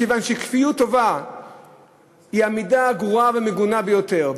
מכיוון שכפיות טובה היא המידה הגרועה והמגונה ביותר,